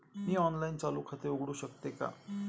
मी online चालू खाते उघडू शकते का?